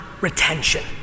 retention